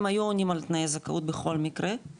הם היו עונים על תנאי הזכאות בכל מקרה,